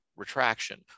Retraction